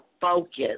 focus